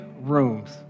rooms